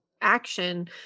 action